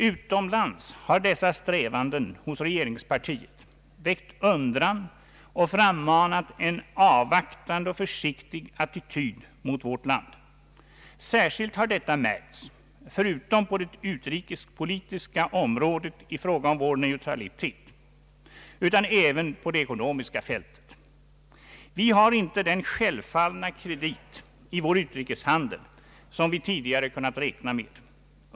Utomlands har dessa strävanden hos regeringspartiet väckt undran och frammanat en avvaktande och försiktig attityd mot vårt land. Särskilt har detta märkts inte bara på det utrikespolitiska området i fråga om vår neutralitet, utan även på det ekonomiska fältet. Vi har inte den självfallna kredit i vår utrikeshandel som vi tidigare kunnat räkna med.